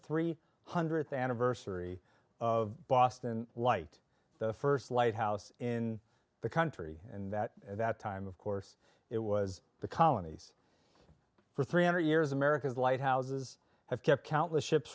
three hundredth anniversary of boston light the first lighthouse in the country and that at that time of course it was the colonies for three hundred years america's lighthouses have kept countless ships